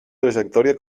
trajectòria